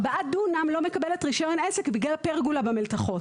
בגודל ארבעה דונמים לא מקבלת רישיון עסק בגלל פרגולה במלתחות.